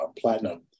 platinum